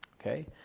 Okay